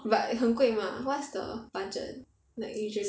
but 很贵吗 what's the budget like usually